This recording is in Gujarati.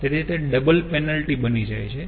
તેથી તે ડબલ પેનલ્ટી બની જાય છે